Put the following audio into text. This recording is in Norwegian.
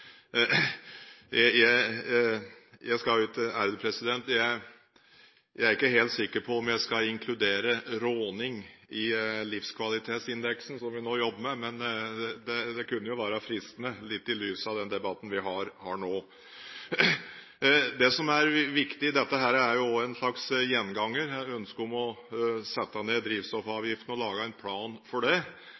Jeg er ikke helt sikker på om jeg skal inkludere råning i livskvalitetsindeksen, som vi nå jobber med, men det kunne jo være fristende, litt i lys av den debatten vi har nå. Det som er viktig – dette er jo også en slags gjenganger, ønsket om å sette ned drivstoffavgiften og lage en plan for det